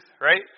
right